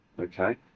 Okay